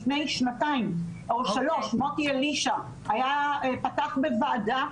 לפני שנתיים או שלוש שנים מוטי אלישע פתח בוועדה.